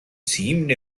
seemed